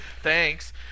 Thanks